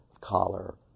collar